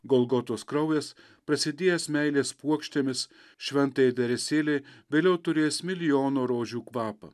golgotos kraujas prasidėjęs meilės puokštėmis šventajai teresėlei vėliau turės milijono rožių kvapą